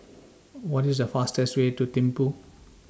What IS The fastest Way to Thimphu